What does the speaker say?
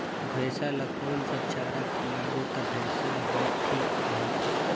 भैसा ला कोन सा चारा खिलाबो ता भैंसा हर ठीक रही?